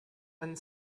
and